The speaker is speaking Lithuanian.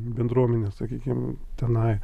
bendruomenės sakykim tenai